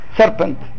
serpent